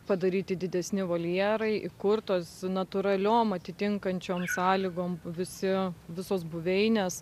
padaryti didesni voljerai įkurtos natūraliom atitinkančiomis sąlygom visi visos buveinės